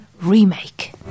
Remake